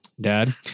dad